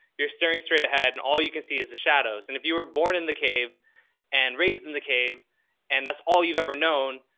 you're staring straight ahead. and all you can see is the shadows. and if you were born in the cave and raised in the cave and that's all you've ever known,